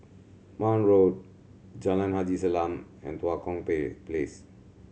Marne Road Jalan Haji Salam and Tua Kong Place